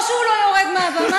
או שהוא לא יורד מהבמה.